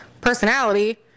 personality